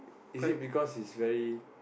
is it because it's very